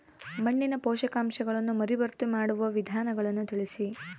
ಮಣ್ಣಿನ ಪೋಷಕಾಂಶಗಳನ್ನು ಮರುಭರ್ತಿ ಮಾಡುವ ವಿಧಾನಗಳನ್ನು ತಿಳಿಸಿ?